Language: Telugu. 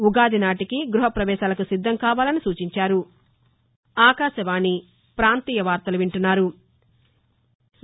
ఉగాది నాటికి గృహ ప్రవేశాలకు సిద్దం కావాలని సూచించారు